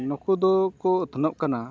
ᱱᱩᱠᱩ ᱫᱚᱠᱚ ᱩᱛᱱᱟᱹᱣᱚᱜ ᱠᱟᱱᱟ